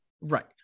Right